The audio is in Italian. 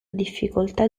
difficoltà